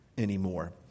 anymore